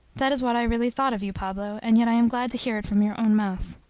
that is what i really thought of you, pablo, and yet i am glad to hear it from your own mouth.